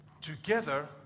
together